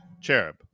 Cherub